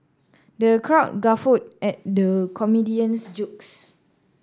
the crowd guffawed at the comedian's jokes